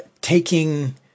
taking